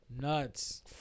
nuts